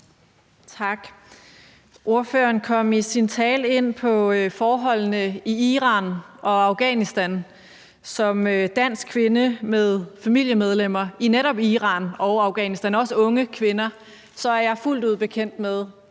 Tak. Ordføreren kom i sin tale ind på forholdene i Iran og Afghanistan, og som dansk kvinde med familiemedlemmer i netop Iran og Afghanistan – og også unge kvinder – er jeg fuldt ud bekendt med